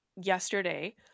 yesterday